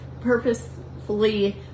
purposefully